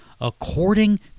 according